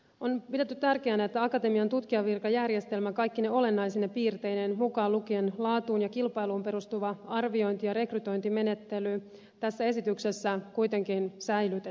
on pidetty tärkeänä että akatemian tutkijanvirkajärjestelmä kaikkine olennaisine piirteineen mukaan lukien laatuun ja kilpailuun perustuva arviointi ja rekrytointimenettely tässä esityksessä kuitenkin säilytetään